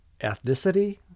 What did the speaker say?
ethnicity